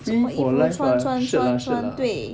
什么衣服穿穿穿穿对